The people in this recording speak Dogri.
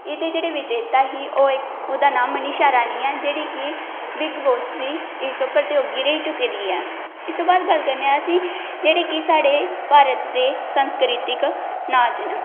एह्दे जेह्ड़े विजेता ही ओह् इक ओहदा नांऽ मनीषा रानी ऐ जेह्ड़ी कि बिग बोस दी इक प्रतियोगी रेही चुकी दी ऐ इसदे बाद गल्ल करने आं असी जेह्ड़े कि साढ़े भारत दे संस्कृतक नाच न